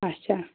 اَچھا